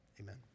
Amen